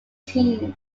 team